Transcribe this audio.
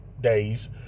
days